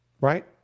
Right